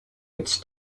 its